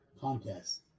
contest